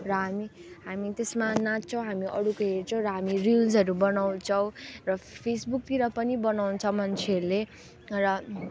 र हामी हामी त्यसमा नाच्छौँ हामी अरूको हेर्छौँ र हामी रिल्सहरू बनाउँछौँ र फेसबुकतिर पनि बनाउँछ मान्छेहरूले र